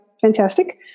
fantastic